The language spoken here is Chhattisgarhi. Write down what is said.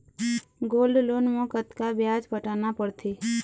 गोल्ड लोन मे कतका ब्याज पटाना पड़थे?